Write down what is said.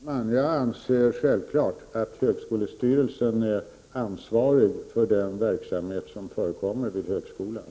Herr talman! Jag anser självfallet att högskolestyrelsen är ansvarig för den verksamhet som förekommer vid högskolan.